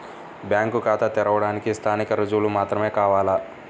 Bank ఖాతా తెరవడానికి స్థానిక రుజువులు మాత్రమే కావాలా?